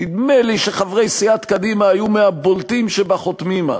נדמה לי שחברי סיעת קדימה היו מהבולטים שבחותמים אז,